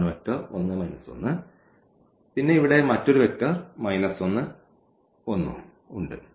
ഇതാണ് വെക്റ്റർ 1 1 പിന്നെ ഇവിടെ മറ്റൊരു വെക്റ്റർ 1 1 ഉം ഉണ്ട്